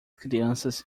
crianças